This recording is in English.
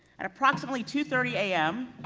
at approximately two thirty a m.